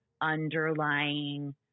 underlying